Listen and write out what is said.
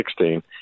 2016